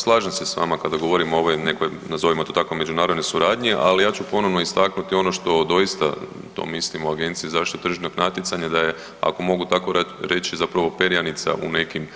Slažem se s vama kada govorimo o ovoj nekoj, nazovimo to tako, međunarodnoj suradnji, ali ja ću ponovno istaknuti ono što doista to mislim o Agenciji za zaštitu tržišnog natjecanja, da je, ako mogu tako reći, zapravo perjanica u nekim,